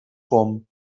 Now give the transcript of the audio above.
com